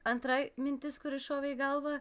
antrai mintis kuri šovė į galvą